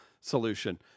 solution